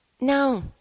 No